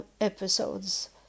episodes